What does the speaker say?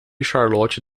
charlotte